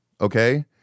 okay